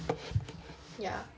ya